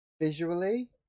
visually